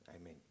Amen